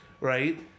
right